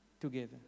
together